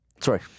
sorry